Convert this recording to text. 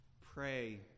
pray